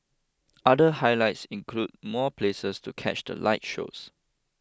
other highlights include more places to catch the light shows